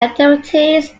activities